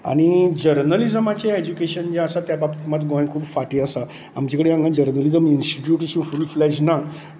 आनी जर्नलीजमाचें एजुकेशन जें आसा त्या बाबतींत मात गोंय फाटीं आसा आमचे कडेन हांगा जर्नलिजम इन्स्टिट्यूट अशी फूल फ्लेज ना